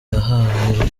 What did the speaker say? yahaye